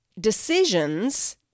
decisions